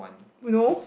you know